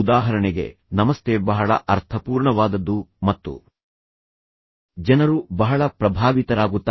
ಉದಾಹರಣೆಗೆ ನಮಸ್ತೆ ಬಹಳ ಅರ್ಥಪೂರ್ಣವಾದದ್ದು ಮತ್ತು ಜನರು ಬಹಳ ಪ್ರಭಾವಿತರಾಗುತ್ತಾರೆ